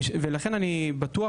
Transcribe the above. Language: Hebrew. לכן, אני בטוח